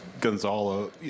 Gonzalo